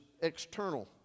external